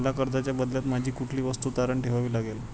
मला कर्जाच्या बदल्यात माझी कुठली वस्तू तारण ठेवावी लागेल का?